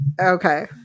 Okay